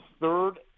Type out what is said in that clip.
third